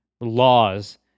laws